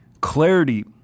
Clarity